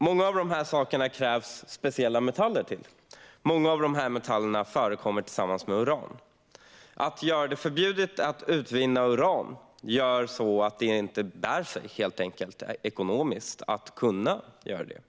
För mycket av detta krävs speciella metaller, och många av dessa metaller förekommer tillsammans med uran. Ett förbud mot uran gör att det inte bär sig ekonomiskt.